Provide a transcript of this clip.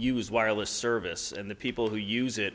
use wireless service and the people who use it